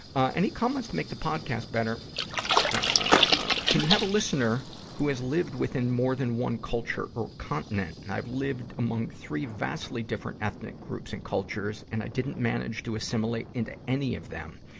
ah any comments to make the podcast better ah can you have a listener who has lived within more than one culture or continent and i've lived among three vastly different ethnic groups and cultures, and i didn't manage to assimilate into any of them.